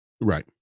Right